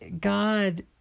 God